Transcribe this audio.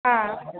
ಹಾಂ